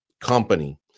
company